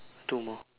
two more